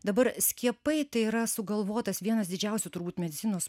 dabar skiepai tai yra sugalvotas vienas didžiausių turbūt medicinos